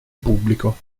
pubblico